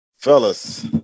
Fellas